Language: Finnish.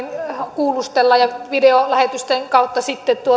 kuulustella ja videolähetysten kautta sitten